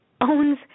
owns